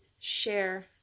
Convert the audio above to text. share